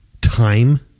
time